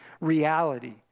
reality